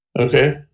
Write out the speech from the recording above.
Okay